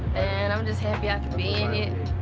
and i'm just happy i can be in it.